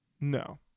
No